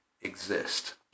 exist